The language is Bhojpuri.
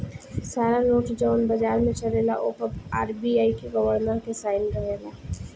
सारा नोट जवन बाजार में चलेला ओ पर आर.बी.आई के गवर्नर के साइन रहेला